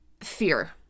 fear